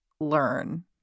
learn